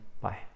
Bye